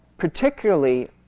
particularly